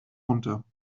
runter